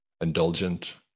indulgent